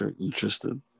interested